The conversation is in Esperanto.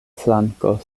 flanko